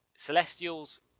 Celestials